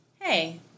hey